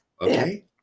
Okay